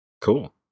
cool